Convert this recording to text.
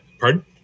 Pardon